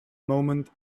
moment